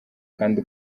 kandi